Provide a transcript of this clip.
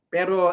Pero